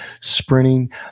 sprinting